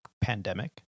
pandemic